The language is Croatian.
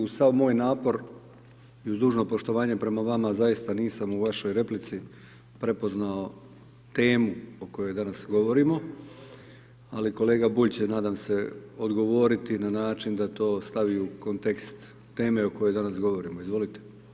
Uz sav moj napor i uz dužno poštovanje prema vama, zaista nisam u vašoj replici prepoznao temu o kojoj danas govorimo, ali kolega Bulj će, nadam se, odgovoriti na način da to stavi u kontekst teme o kojoj danas govorimo, izvolite.